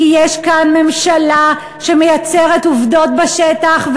כי יש כאן ממשלה שמייצרת עובדות בשטח.